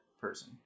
person